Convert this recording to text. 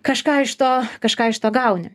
kažką iš to kažką iš to gauni